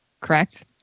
correct